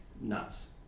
Nuts